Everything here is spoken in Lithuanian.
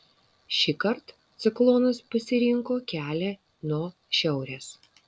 šįkart ciklonas pasirinko kelią nuo šiaurės